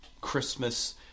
Christmas